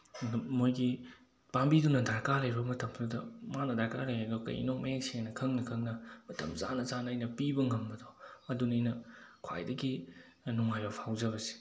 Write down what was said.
ꯑꯗꯨꯝ ꯃꯣꯏꯒꯤ ꯄꯥꯝꯕꯤꯗꯨꯅ ꯗꯔꯀꯥꯔ ꯂꯩꯕ ꯃꯇꯝꯗꯨꯗ ꯃꯥꯅ ꯗꯔꯀꯥꯔ ꯂꯩꯔꯤꯗꯣ ꯀꯔꯤꯅꯣ ꯃꯌꯦꯛ ꯁꯦꯡꯅ ꯈꯪꯅ ꯈꯪꯅ ꯃꯇꯝ ꯆꯥꯅ ꯆꯥꯅ ꯑꯩꯅ ꯄꯤꯕ ꯉꯝꯕꯗꯣ ꯑꯗꯨꯅꯤ ꯑꯩꯅ ꯈ꯭ꯋꯥꯏꯗꯒꯤ ꯅꯨꯡꯉꯥꯏꯕ ꯐꯥꯎꯖꯕꯁꯦ